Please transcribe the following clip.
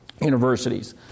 universities